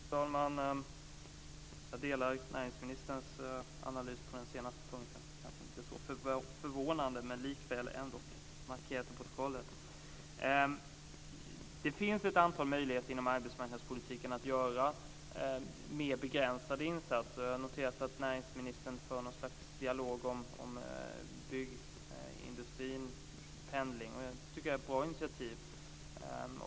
Fru talman! Jag delar näringsministerns analys på den senaste punkten. Det är kanske inte så förvånande, men jag vill likväl ändock markera det till protokollet. Det finns ett antal möjligheter inom arbetsmarknadspolitiken att göra mer begränsade insatser. Jag har noterat att näringsministern för något slags dialog om byggindustrin och pendling. Det tycker jag är ett bra initiativ.